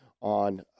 on